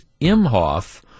Imhoff